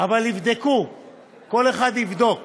אבל כל אחד יבדוק